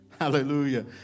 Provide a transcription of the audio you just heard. hallelujah